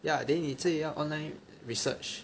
ya then 你自己要 online research